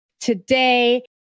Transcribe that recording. today